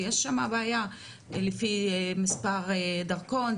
יש שמה בעיה לפי מספר דרכון,